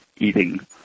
eating